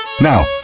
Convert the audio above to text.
Now